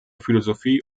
philosophie